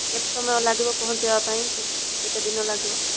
କେତେ ସମୟ ଲାଗିବ ପହଞ୍ଚିବା ପାଇଁ କେତେ କେତେ ଦିନ ଲାଗିବ